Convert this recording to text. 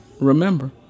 remember